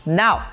now